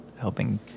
helping